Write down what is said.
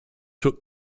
took